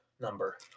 number